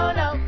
no